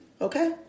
okay